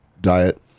diet